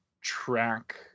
track